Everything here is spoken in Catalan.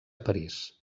parís